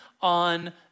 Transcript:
on